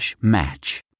match